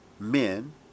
Men